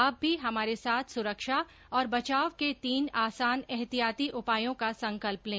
आप भी हमारे साथ सुरक्षा और बचाव के तीन आसान एहतियाती उपायों का संकल्प लें